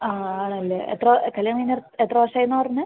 ആ ആണല്ലേ എത്ര കല്ല്യാണം കഴിഞ്ഞ് എത്ര വർഷം ആയീന്നാണ് പറഞ്ഞത്